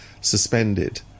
suspended